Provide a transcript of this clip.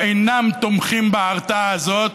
אינם תומכים בהרתעה הזאת,